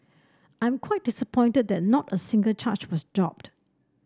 I am quite disappointed that not a single charge was dropped